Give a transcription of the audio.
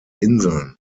inseln